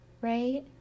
right